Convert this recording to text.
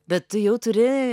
bet tu jau turi